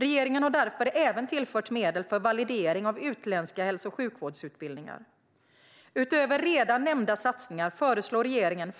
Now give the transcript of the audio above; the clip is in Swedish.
Regeringen har därför även tillfört medel för validering av utländska hälso och sjukvårdsutbildningar. Utöver redan nämnda satsningar föreslår regeringen